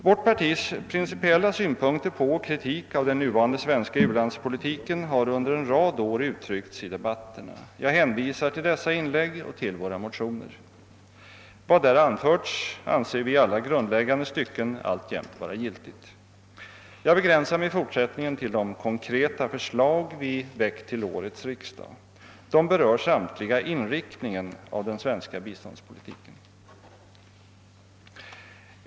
Vårt partis principiella synpunkter på och kritik av den nuvarande svenska u-landspolitiken har under en rad år uttryckts i debatterna. Jag hänvisar till dessa inlägg och till våra motioner. Vad som där anförts anser vi i alla stycken alltjämt vara giltigt. Jag begränsar mig i fortsättningen till de konkreta förslag vi väckt till årets riksdag. De berör samtliga inriktningen av den svenska biståndspolitiken.